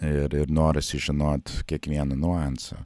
ir ir norisi žinot kiekvieną niuansą